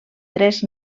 tres